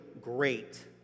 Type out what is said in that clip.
great